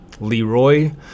Leroy